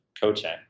coaching